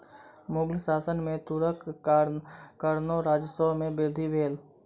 मुग़ल शासन में तूरक कारणेँ राजस्व में वृद्धि भेल